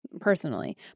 personally